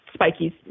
spikies